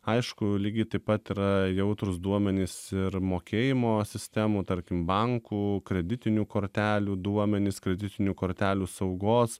aišku lygiai taip pat yra jautrūs duomenys ir mokėjimo sistemų tarkim bankų kreditinių kortelių duomenys kreditinių kortelių saugos